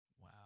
Wow